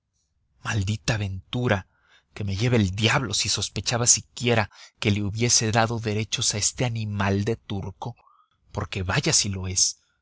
maldita aventura que me lleve el diablo si sospechaba siquiera que le hubiese dado derechos a este animal de turco porque vaya si lo es